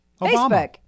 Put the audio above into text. Facebook